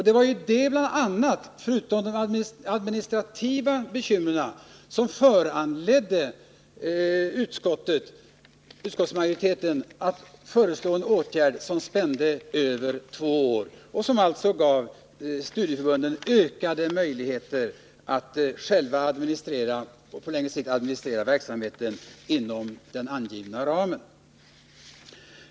Det var ju bl.a. det, förutom de administrativa bekymren, som föranledde utskottsmajoriteten att föreslå en åtgärd som spände över två år och som alltså gav studieförbunden ökade möjligheter att på längre sikt själva administrera verksamheten inom den angivna ramen.